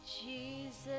Jesus